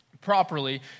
properly